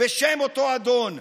בשם אותו אדון.